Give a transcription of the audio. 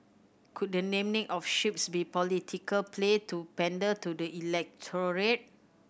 could the naming of ships be political play to pander to the electorate